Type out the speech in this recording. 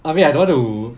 I mean I don't want to